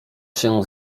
się